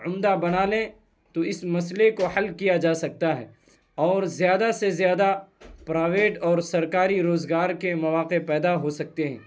عمدہ بنا لیں تو اس مسئلے کو حل کیا جا سکتا ہے اور زیادہ سے زیادہ پراویٹ اور سرکاری روزگار کے مواقع پیدا ہو سکتے ہیں